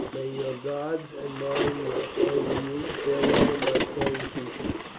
may your gods and mine watch over you! farewell, my kind teacher!